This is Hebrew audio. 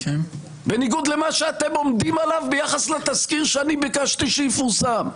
בניגוד למה שאתם עומדים עליו ביחס לתזכיר שאני ביקשתי שיפורסם?